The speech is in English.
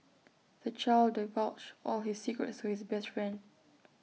the child divulged all his secrets to his best friend